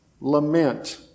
lament